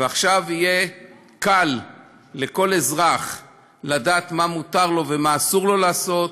ועכשיו יהיה קל לכל אזרח לדעת מה מותר לו ומה אסור לו לעשות,